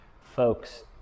folks